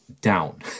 down